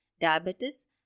diabetes